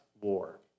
war